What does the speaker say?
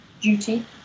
duty